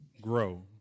grow